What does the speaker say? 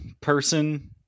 person